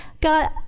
God